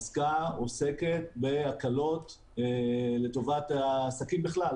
עסקה ועוסקת בהקלות לטובת העסקים בכלל,